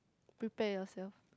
prepare yourself